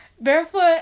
barefoot